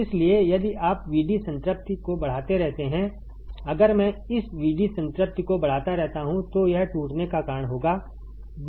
इसलिए यदि आप VD संतृप्ति को बढ़ाते रहते हैं अगर मैं इस VD संतृप्ति को बढ़ाता रहूं तो यह टूटने का कारण होगा